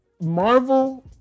Marvel